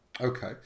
Okay